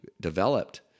developed